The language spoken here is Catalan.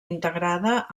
integrada